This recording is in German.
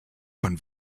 von